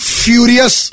furious